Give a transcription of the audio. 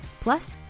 Plus